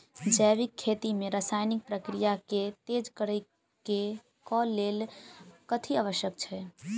जैविक खेती मे रासायनिक प्रक्रिया केँ तेज करै केँ कऽ लेल कथी आवश्यक छै?